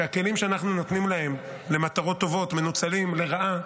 שהכלים שאנחנו נותנים להן למטרות טובות מנוצלים לרעה,